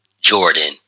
Jordan